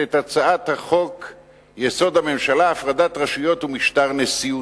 את הצעת חוק-יסוד: הממשלה (הפרדת רשויות ומשטר נשיאותי).